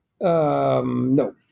no